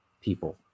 people